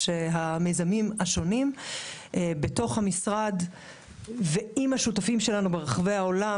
שהמיזמים השונים בתוך המשרד ועם השותפים ברחבי העולם